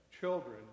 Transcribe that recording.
children